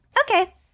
Okay